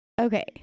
Okay